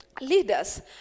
leaders